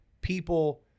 people